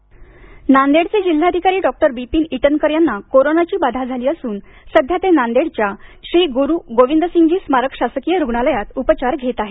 ईटनकर नांदेडचे जिल्हाधिकारी डॉक्टर बिपिन ईटनकर यांना कोरोनाची बाधा झाली असून सध्या ते नांदेडच्या श्री ग्रू गोविंदसिंघजी स्मारक शासकीय रुग्णालयात उपचार घेत आहेत